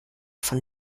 von